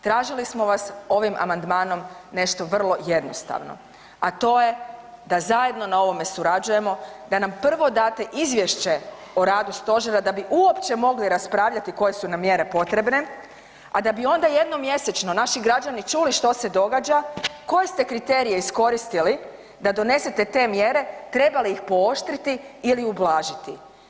Tražili smo vas ovim amandmanom nešto vrlo jednostavno, a to je da zajedno na ovome surađujemo, da nam prvo date izvješće o radu Stožera da bi uopće mogli raspravljati koje su nam mjere potrebne, a da bi onda jednom mjesečno naši građani čuli što se događa, koje ste kriterije iskoristili da donesete te mjere, treba li ih pooštriti ili ublažiti.